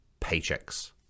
paychecks